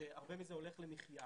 כשהרבה מזה הולך למחיה,